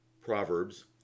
Proverbs